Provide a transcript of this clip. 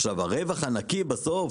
עכשיו, הרווח הנקי בסוף